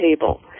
table